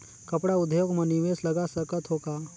कपड़ा उद्योग म निवेश लगा सकत हो का?